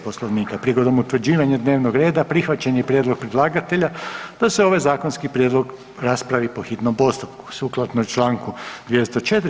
Poslovnika prigodom utvrđivanja dnevnog reda prihvaćen je prijedlog predlagatelja da se ovaj zakonski prijedlog raspravi po hitnom postupku sukladno članku 204.